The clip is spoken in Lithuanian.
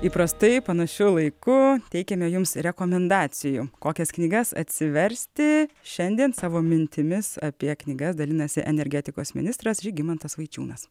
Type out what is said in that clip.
įprastai panašiu laiku teikiame jums rekomendacijų kokias knygas atsiversti šiandien savo mintimis apie knygas dalinasi energetikos ministras žygimantas vaičiūnas